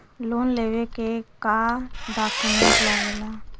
Loan लेवे के का डॉक्यूमेंट लागेला?